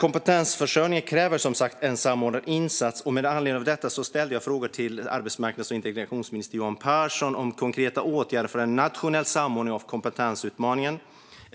Kompetensförsörjning kräver en samordnad insats. Med anledning av detta ställde jag frågor till arbetsmarknads och integrationsminister Johan Pehrson om konkreta åtgärder för en nationell samordning av kompetensutmaningen.